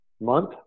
month